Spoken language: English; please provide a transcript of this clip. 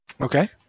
Okay